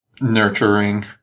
nurturing